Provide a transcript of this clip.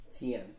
TM